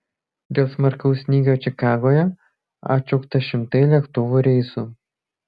dėl smarkaus snygio čikagoje atšaukta šimtai lėktuvų reisų